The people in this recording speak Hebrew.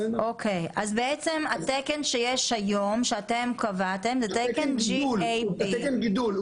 אז בעצם התקן שאתם קבעתם היום זה תקן GAP. זה תקן גידול,